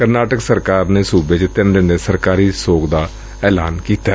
ਕਰਨਾਟਕ ਸਰਕਾਰ ਨੇ ਸੂਬੇ ਚ ਤਿੰਨ ਦਿਨ ਦੇ ਸਰਕਾਰੀ ਸੋਗ ਦਾ ਐਲਾਨ ਕੀਤੈ